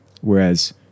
Whereas